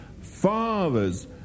fathers